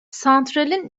santralin